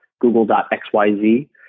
google.xyz